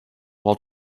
while